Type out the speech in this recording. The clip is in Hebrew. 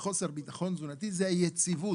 בחוסר ביטחון תזונתי היא היציבות.